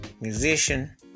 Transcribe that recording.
musician